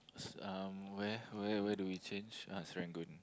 somewhere where where do we change uh Serangoon